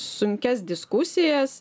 sunkias diskusijas